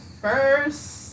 first